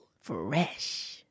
Fresh